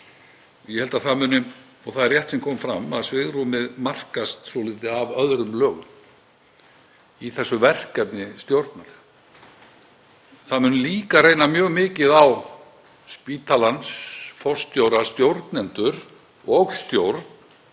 er á um það þar. Það er rétt, sem kom fram, að svigrúmið markast svolítið af öðrum lögum í þessu verkefni stjórnar. Það mun líka reyna mjög mikið á spítalann, forstjóra, stjórnendur og stjórn,